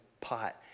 pot